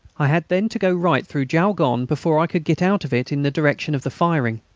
i had then to go right through jaulgonne before i could get out of it in the direction of the firing.